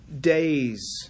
days